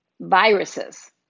viruses